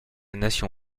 nation